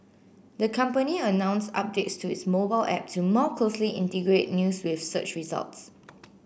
the company announced updates to its mobile app to more closely integrate news with search results